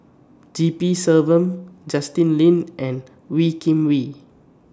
G P Selvam Justin Lean and Wee Kim Wee